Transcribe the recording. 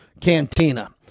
Cantina